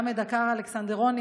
גם את דקר אלכסנדרוני,